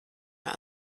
mehr